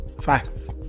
Facts